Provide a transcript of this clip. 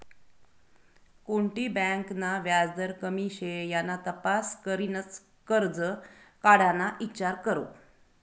कोणती बँक ना व्याजदर कमी शे याना तपास करीनच करजं काढाना ईचार करो